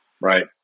Right